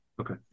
Okay